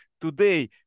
today